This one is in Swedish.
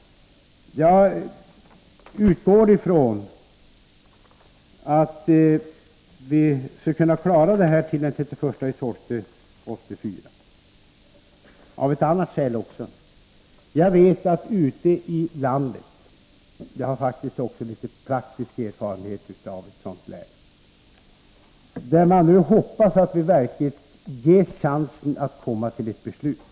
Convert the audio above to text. Jag utgår också av ett annat skäl från att länshuvudmännen skulle kunna klara den här uppgiften till den 31 december 1984. Jag har faktiskt stor praktisk erfarenhet från ett berört län, och jag vet att man nu ute i landet hoppas att man verkligen får chansen att komma till ett beslut.